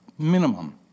minimum